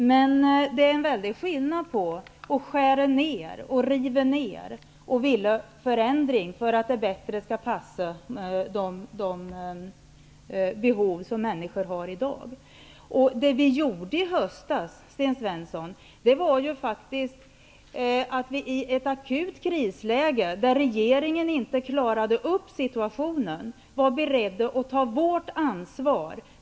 Men det är en väldigt stor skillnad mellan å ena sidan att skära ner och riva ner och å andra sidan att vilja åstadkomma en förändring som syftar till en bättre anpassning till de behov som människor i dag har. Vad som gällde i höstas, Sten Svensson, var fak tiskt att vi i ett akut krisläge, där regeringen inte klarade situationen, var beredda att ta vårt an svar.